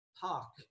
talk